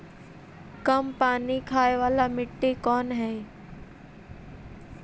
कम पानी खाय वाला मिट्टी कौन हइ?